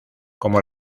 como